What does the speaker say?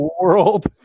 world